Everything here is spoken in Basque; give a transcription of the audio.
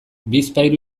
bizpahiru